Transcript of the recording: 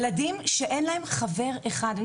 ילדים שאין להם חבר אחד והם